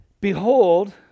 Behold